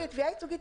זה תביעה ייצוגית.